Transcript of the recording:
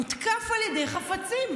מותקף על ידי חפצים.